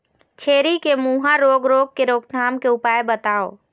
छेरी के मुहा रोग रोग के रोकथाम के उपाय बताव?